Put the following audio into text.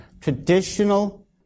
traditional